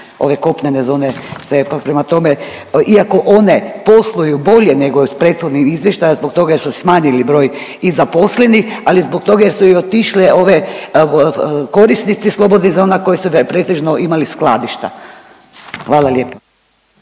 sve, pa prema tome iako one posluju bolje nego iz prethodnih izvještaja zbog toga jel su smanjili broj i zaposlili, ali zbog toga jer su i otišle ove korisnici slobodnih zona koje su pretežno imali skladišta. Hvala lijepo.